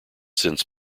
since